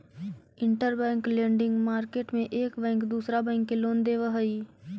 interbank lending market में एक bank दूसरा बैंक के लोन देवऽ हई